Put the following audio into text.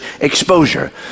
exposure